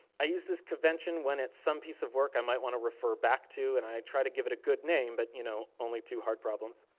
i use this convention when its some piece of work i might want to refer back to and i try to give it a good name, but you know, only two hard problems.